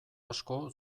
asko